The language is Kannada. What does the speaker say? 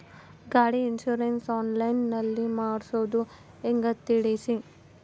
ಗಾಡಿ ಇನ್ಸುರೆನ್ಸ್ ಆನ್ಲೈನ್ ನಲ್ಲಿ ಮಾಡ್ಸೋದು ಹೆಂಗ ತಿಳಿಸಿ?